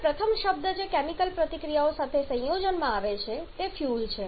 હવે પ્રથમ શબ્દ જે કેમિકલ પ્રતિક્રિયાઓ સાથે સંયોજનમાં આવે છે તે ફ્યુઅલ છે